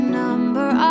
number